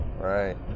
right